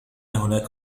هناك